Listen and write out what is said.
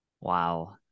Wow